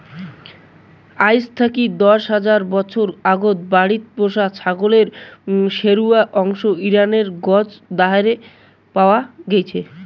আইজ থাকি দশ হাজার বছর আগত বাড়িত পোষা ছাগলের শেশুয়া অংশ ইরানের গঞ্জ দারেহে পাওয়া গেইচে